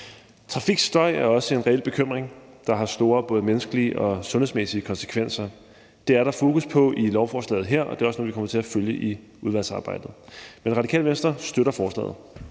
Trafikstøj er også en reel bekymring, der har store både menneskelige og sundhedsmæssige konsekvenser. Det er der fokus på i lovforslaget her, og det er også noget, vi kommer til at følge i udvalgsarbejdet. Radikale Venstre støtter lovforslaget.